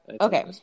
Okay